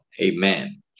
amen